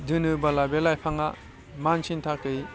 दोनोबोला बे लाइफाङा मानसिनि थाखाय